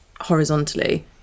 horizontally